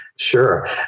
Sure